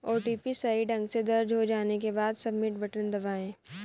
OTP सही ढंग से दर्ज हो जाने के बाद, सबमिट बटन दबाएं